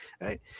right